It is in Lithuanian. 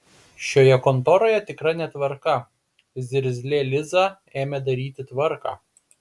šioje kontoroje tikra netvarka zirzlė liza ėmė daryti tvarką